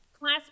Class